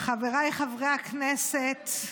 חבריי חברי הכנסת,